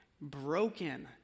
broken